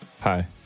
Hi